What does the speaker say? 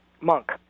monk